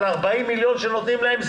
אבל 40 מיליון שנותנים להם,